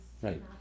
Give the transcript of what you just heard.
Right